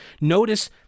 Notice